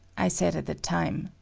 i said at the time,